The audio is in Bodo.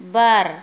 बार